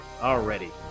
already